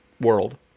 world